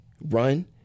Run